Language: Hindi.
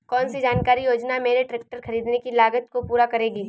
कौन सी सरकारी योजना मेरे ट्रैक्टर ख़रीदने की लागत को पूरा करेगी?